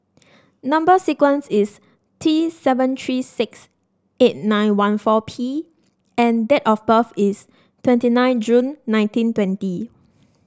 number sequence is T seven three six eight nine one four P and date of birth is twenty nine June nineteen twenty